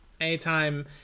Anytime